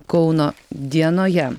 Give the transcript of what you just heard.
kauno dienoje